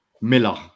Miller